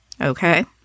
Okay